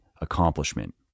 accomplishment